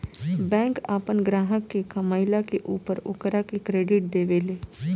bank आपन ग्राहक के कमईला के ऊपर ओकरा के क्रेडिट देवे ले